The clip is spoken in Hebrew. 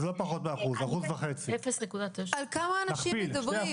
אז זה לא פחות מ-1% אלא 1.5%. על כמה אנשים מדברים?